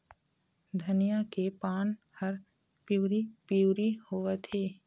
धनिया के पान हर पिवरी पीवरी होवथे?